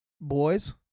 Boys